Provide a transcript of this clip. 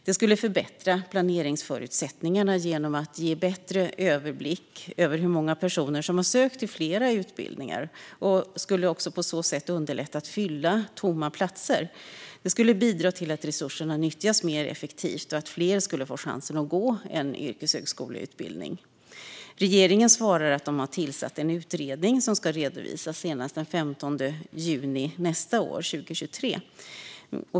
Det skulle förbättra planeringsförutsättningarna genom att ge bättre överblick över hur många personer som har sökt till flera utbildningar och skulle på så sätt också underlätta att fylla tomma platser. Det skulle bidra till att resurserna nyttjas mer effektivt och att fler skulle få chansen att gå en yrkeshögskoleutbildning. Regeringen svarar att man har tillsatt en utredning som ska redovisas senast den 15 juni 2023.